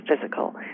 physical